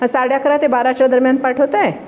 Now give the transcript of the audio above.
हां साडे अकरा ते बाराच्या दरम्यान पाठवताय